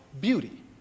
beauty